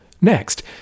Next